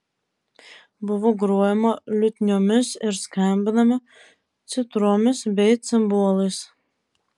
buvo grojama liutniomis ir skambinama citromis bei cimbolais